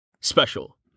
Special